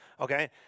Okay